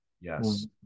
Yes